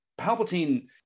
Palpatine